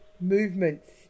movements